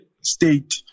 state